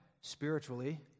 spiritually